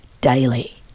daily